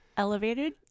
Elevated